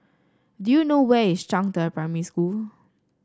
do you know where is Zhangde Primary School